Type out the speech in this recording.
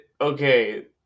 Okay